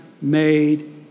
made